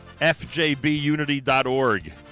fjbunity.org